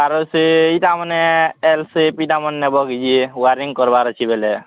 ଆରୁ ସେ ଏଇଟା ମାନେ ଏଲ୍ ସେପ୍ ଏଇଟା ମାନେ ନେବ କି ଯିଏ ୱାୟାରିଂ କର୍ବାର ଅଛି ବୋଲେ